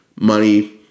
money